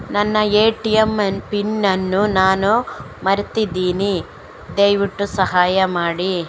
ನನ್ನ ATM PIN ಅನ್ನು ನಾನು ಮರ್ತಿದ್ಧೇನೆ, ದಯವಿಟ್ಟು ಸಹಾಯ ಮಾಡಿ